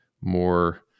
more